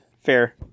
fair